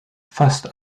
fast